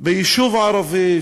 ביישוב ערבי,